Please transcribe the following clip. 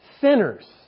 sinners